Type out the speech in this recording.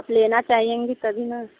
आप लेना चाहेंगी तभी ना